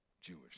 Jewish